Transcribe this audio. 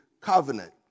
covenant